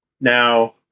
Now